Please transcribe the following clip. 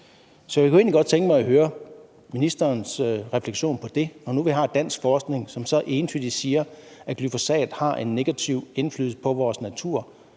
Så jeg kunne egentlig godt tænke mig at høre ministerens refleksion over det. Når nu vi har dansk forskning, som så entydigt siger, at glyfosat har en negativ indflydelse på vores natur,